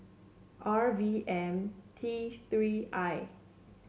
R V M T Three I